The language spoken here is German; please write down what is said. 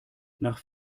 nach